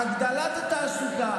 הגדלת התעסוקה,